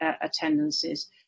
attendances